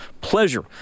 pleasure